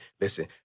Listen